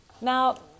Now